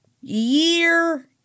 year